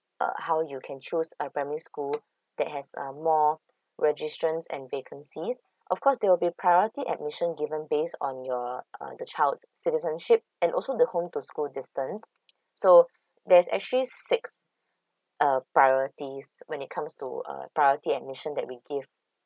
uh how you can choose a primary school that has um more registrations and vacancies of course there will be priority admission given based on your uh the child citizenship and also the home to school distance so there's actually six uh priorities when it comes to uh priority admission that we give